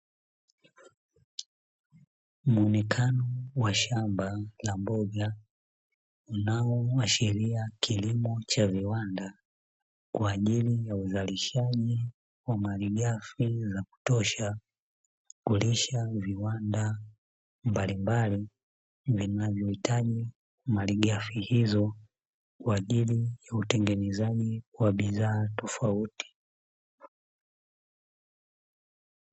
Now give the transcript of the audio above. Muonekano wa shamba la mboga unaoashiria kilimo cha viwanda kwa ajili ya uzalishaji wa malighafi za kutosha, kulisha viwanda mbalimbali vinavyohitaji malighafi hizo kwa ajili ya utengenezaji wa bidhaa tofauti.